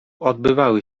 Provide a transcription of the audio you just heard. odbywały